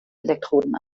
elektroden